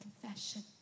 confession